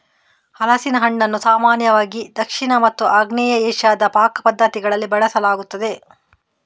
ಹಲಸಿನ ಹಣ್ಣನ್ನು ಸಾಮಾನ್ಯವಾಗಿ ದಕ್ಷಿಣ ಮತ್ತು ಆಗ್ನೇಯ ಏಷ್ಯಾದ ಪಾಕ ಪದ್ಧತಿಗಳಲ್ಲಿ ಬಳಸಲಾಗುತ್ತದೆ